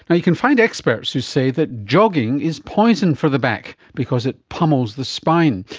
and you can find experts who say that jogging is poison for the back because it pummels the spine.